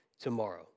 tomorrow